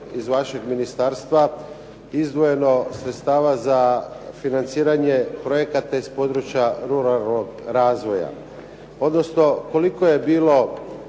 iz vašeg ministarstva izdvojeno sredstava za financiranje projekata iz područja ruralnog razvoja, odnosno koliko je bilo